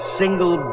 single